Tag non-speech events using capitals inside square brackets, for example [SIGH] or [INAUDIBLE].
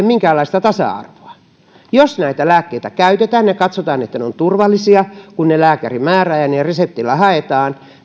[UNINTELLIGIBLE] minkäänlaista tasa arvoa jos näitä lääkkeitä käytetään ja katsotaan että ne ovat turvallisia kun ne lääkäri määrää ja ne reseptillä haetaan